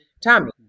Tommy